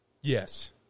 Yes